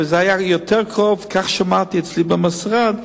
וזה היה יותר קרוב, כך שמעתי אצלי במשרד,